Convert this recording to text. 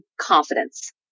confidence